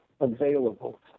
available